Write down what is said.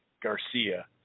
Garcia